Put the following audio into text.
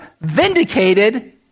vindicated